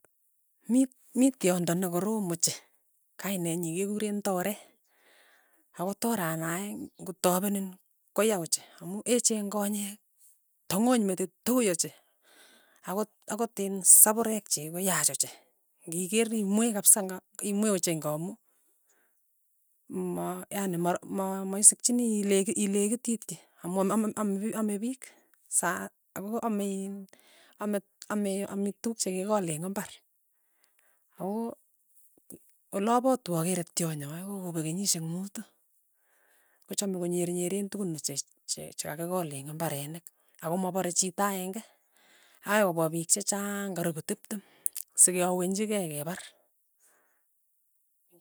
Mi mi tyondo nekorom ochei, kainenyi kekuren toree, ako toranae ng'otapenin koya ochei, amu echen konyek, tong'ony metit, tuy ochei, akot akot in sapurek chik koyaach ochei, ng'ikeer imwee kapsa ng'a imwee ochei ng'amu, ma yani mar ma maisikchini ile ilekititki, amu ame ame piik, sat amu ameiin, ame ame ametukuk chekikikol eng' imbar, ako, olapatu akere tyonyi kokapek kenyishek mutu, kochame konyernyeren tukun ochei che chakakikol eng' imbarenik, ako mapare chito aeng'e, akoi kopwa piik chechang karipu tiptem. sekeawenji kei kepar.